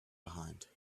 behind